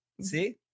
See